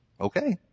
Okay